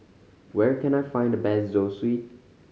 where can I find the best Zosui